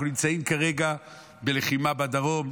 אנחנו נמצאים כרגע בלחימה בדרום,